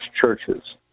churches